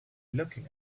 looking